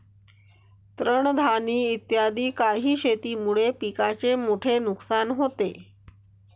तृणधानी इत्यादी काही शेतीमुळे पिकाचे मोठे नुकसान होते